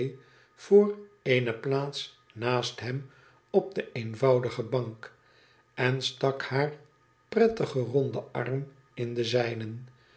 voor eene plaats naast hem op de eenvoudige bank en stak haar prettigen ronden arm in den zijnen